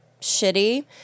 shitty